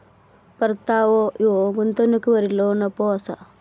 परतावो ह्यो गुंतवणुकीवरलो नफो असा